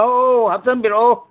ꯑꯧ ꯑꯧ ꯍꯥꯞꯆꯟꯕꯤꯔꯛꯑꯣ